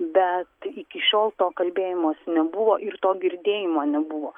bet iki šiol to kalbėjimosi nebuvo ir to girdėjimo nebuvo